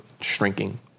shrinking